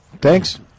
Thanks